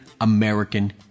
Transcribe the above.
American